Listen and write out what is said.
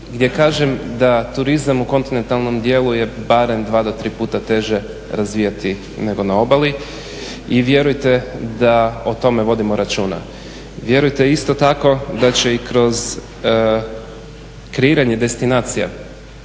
gdje kažem da turizam u kontinentalnom dijelu je barem dva do tri puta teže razvijati nego na obali i vjerujte da o tome vodimo računa. Vjerujte isto tako da će i kroz kreiranje destinacija